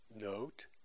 note